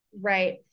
Right